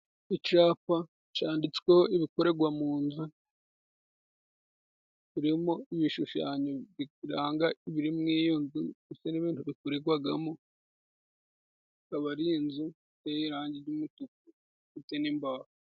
Icapa canditsweho ibikoregwa mu nzu. Birimo ibishushanyo biranga ibiri muri iyo nzu ndetse n'ibintu bikorerwagamo, ikaba ari inzu iteye irangi ry'umutuku ifite n'imbaho.